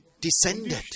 descended